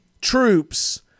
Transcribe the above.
troops